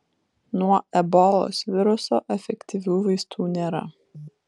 nuo ebolos viruso efektyvių vaistų nėra